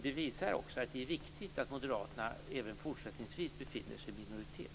Det visar också att det är viktigt att Moderaterna även fortsättningsvis befinner sig i minoritet.